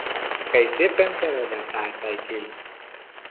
कैसे पंचर हो जाता है साइकिल